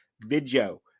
video